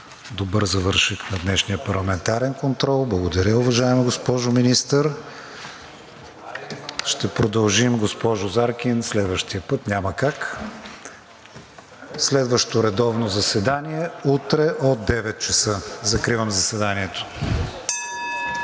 Добър завършек на днешния парламентарен контрол. Благодаря, уважаема госпожо Министър. Ще продължим, госпожо Заркин, следващия път, няма как. Следващо редовно заседание – утре от 9,00 ч. Закривам заседанието.